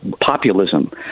populism